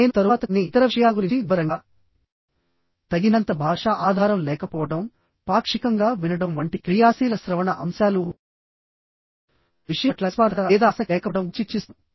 నేను తరువాత కొన్ని ఇతర విషయాల గురించి వివరంగా తగినంత భాషా ఆధారం లేకపోవడం పాక్షికంగా వినడం వంటి క్రియాశీల శ్రవణ అంశాలు విషయం పట్ల నిస్వార్థత లేదా ఆసక్తి లేకపోవడం గురించి చర్చిస్తాను